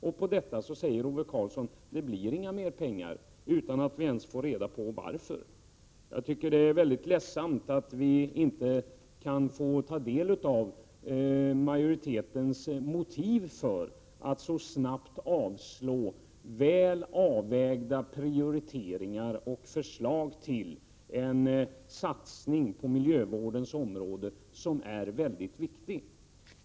Till detta säger Ove Karlsson att det inte blir några mer pengar utan att vi ens får reda på varför. Det är ledsamt att vi inte får ta del av majoritetens motiv för att så snabbt avslå väl avvägda prioriteringar och förslag till en satsning på miljövårdens område som är mycket viktig. Fru talman!